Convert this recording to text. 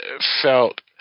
felt